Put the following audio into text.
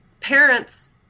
parents